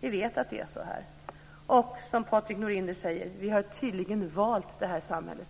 Vi vet att det är så här, och som Patrik Norinder säger har vi tydligen valt det här samhället.